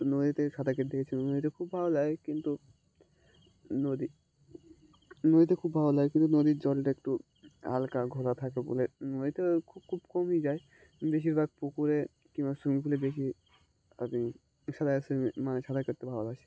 তো নদীতে সাঁতার কাটতে গিয়েছিলাম নদীতে খুব ভালো লাগে কিন্তু নদী নদীতে খুব ভালো লাগে কিন্তু নদীর জলটা একটু হালকা ঘোলা থাকে বলে নদীতে খুব খুব কমই যাই বেশিরভাগ পুকুরে কিংবা যাই সুইমিং পুলে বেশি আপনি সাঁতার সুইমিং মানে সাঁতার কাটতে ভালোবাসি